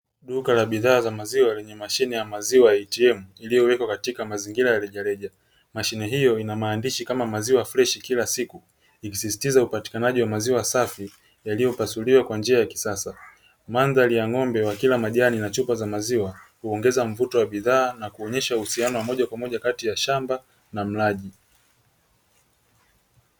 Duka la bidhaa za maziwa lenye mashine ya "Milk ATM " iliyowekwa katika mazingira ya rejareja. Mashine hiyo ina maandishi kama ''maziwa freshi kila siku'' ikisisitiza upatikanaji wa maziwa safi yaliyopasuliwa kwa njia ya kisasa. Mandhari ya ng'ombe wa kila majani na chupa za maziwa kuongeza mvuto wa bidhaa, na kuonyesha uhusiano wa moja kwa moja kati ya shamba na mlaji.